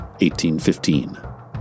1815